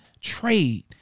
trade